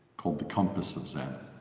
called the compass of zen